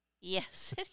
Yes